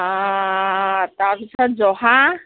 তাৰ পিছত জহা